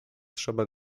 trzeba